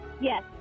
Yes